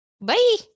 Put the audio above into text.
Bye